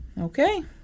Okay